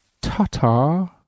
Ta-ta